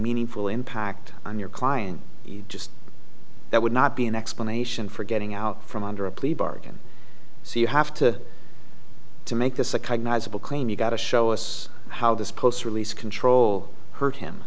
meaningful impact on your client just that would not be an explanation for getting out from under a plea bargain so you have to to make this a cognizable claim you got to show us how this post release control hurt him